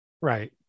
Right